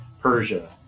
Persia